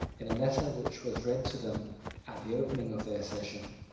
in a letter which was read to them at the opening of their session,